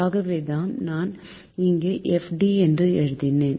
ஆகவேதான் நான் இங்கே FD என்று எழுதினேன்